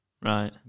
Right